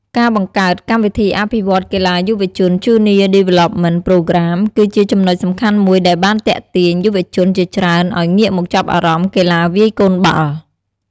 ការបង្កើត កម្មវិធីអភិវឌ្ឍន៍កីឡាយុវជន Junior Development Program គឺជាចំណុចសំខាន់មួយដែលបានទាក់ទាញយុវជនជាច្រើនឱ្យងាកមកចាប់អារម្មណ៍កីឡាវាយកូនបាល់។